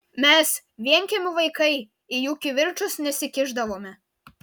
mes vienkiemių vaikai į jų kivirčus nesikišdavome